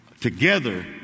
together